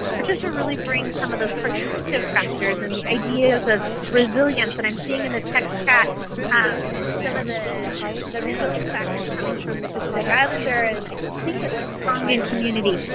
patricia really brings some of those protective factors and the ideas of resilience. and i'm seeing in the text chat um some of the the resilience factors coming from the pacific islanders, and i think it was tongan communities.